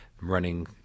Running